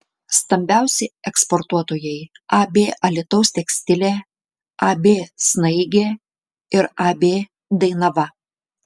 stambiausi eksportuotojai ab alytaus tekstilė ab snaigė ir ab dainava